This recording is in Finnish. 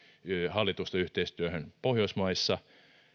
hallitusta yhteistyöhön pohjoismaissa